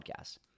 Podcast